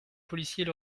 policiers